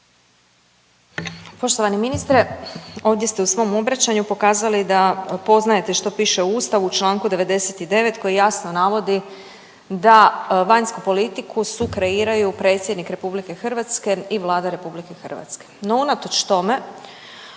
Poštovani ministre. Ovdje ste u svom obraćanju pokazali da poznajete što piše u Ustavu, čl. 99., koji jasno navodi da vanjsku politiku sukreiraju predsjednik RH i Vlada RH. No unatoč tome